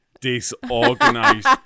disorganized